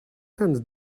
tend